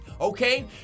okay